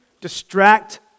distract